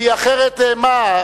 כי אחרת מה,